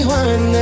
one